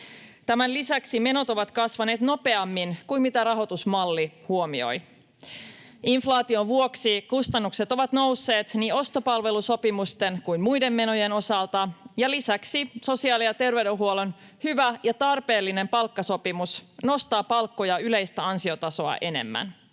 Tämän lisäksi menot ovat kasvaneet nopeammin kuin mitä rahoitusmalli huomioi. Inflaation vuoksi kustannukset ovat nousseet niin ostopalvelusopimusten kuin muiden menojen osalta. Lisäksi sosiaali- ja terveydenhuollon hyvä ja tarpeellinen palkkasopimus nostaa palkkoja yleistä ansiotasoa enemmän.